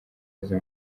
yaheze